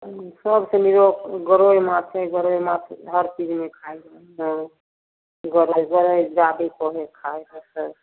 हुँ सबसँ निरोग गरै माछ हइ गरै माछ हरचीजमे खाइ हइ हँ गरै गरै ज्यादे कहै हइ खाइलए